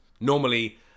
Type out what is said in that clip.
Normally